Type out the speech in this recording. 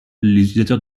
utilisateurs